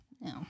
No